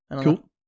Cool